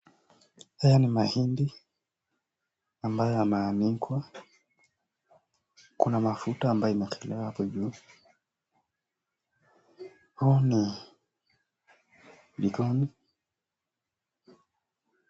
Haya ni mahindi ambayo yameanikwa, kuna mafuta ambayo inatolewa hapo juu huu ni jikoni.